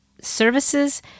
services